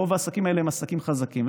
רוב העסקים האלה הם עסקים חזקים.